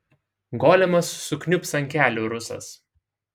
golemas sukniubs ant kelių rusas